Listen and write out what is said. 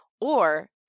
Or-